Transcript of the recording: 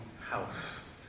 house